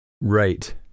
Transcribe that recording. Right